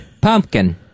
Pumpkin